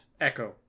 Echo